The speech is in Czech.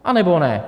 Anebo ne?